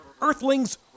Earthlings